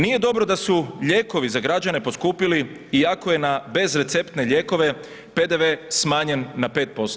Nije dobro da su lijekovi za građane poskupili iako je na bezreceptne lijekove PDV smanjen na 5%